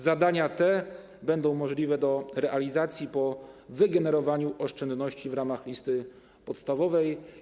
Zadania te będą możliwe do realizacji po wygenerowaniu oszczędności w ramach listy podstawowej.